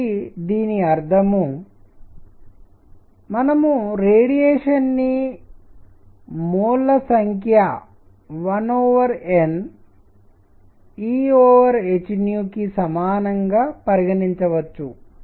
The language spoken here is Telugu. కాబట్టి దీని అర్థం మనం రేడియేషన్ ని మోల్స్ సంఖ్య 1NEh కి సమానంగా పరిగణించవచ్చు